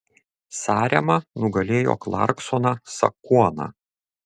sarema nugalėjo klarksoną sakuoną